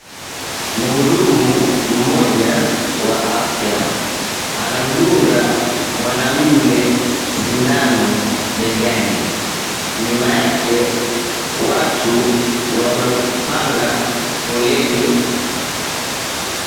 Mhudumu mmoja wa afya anamdunga mwanamme shindano begani. Nyuma yake watu wamepanga foleni.